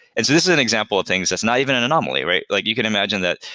and this is an example of things that's not even an anomaly, right? like you can imagine that,